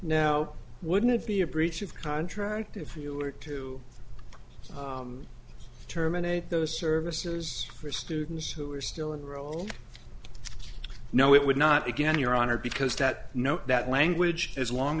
now wouldn't it be a breach of contract if you were to terminate those services for students who are still enroll no it would not begin your honor because that note that language as long